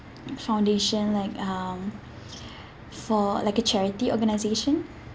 foundation like um for like a charity organisation